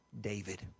David